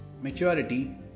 maturity